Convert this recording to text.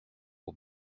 aux